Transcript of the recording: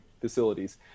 facilities